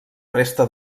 resta